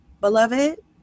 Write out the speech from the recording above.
beloved